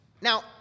Now